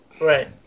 Right